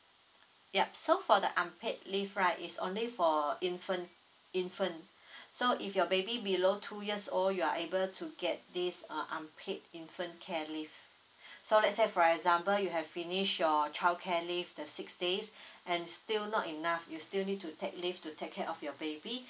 yup so for the unpaid leave right is only for infant infant so if your baby below two years old you are able to get this uh unpaid infant care leave so let's say for example you have finished your childcare leave the six days and still not enough you still need to take leave to take care of your baby